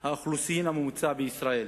האוכלוסין הממוצעת בישראל,